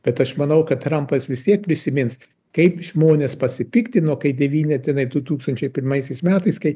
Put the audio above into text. bet aš manau kad trampas vis tiek prisimins kaip žmonės pasipiktino kai devyni tenai du tūkstančiai pirmaisiais metais kai